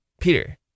Peter